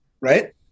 right